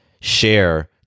share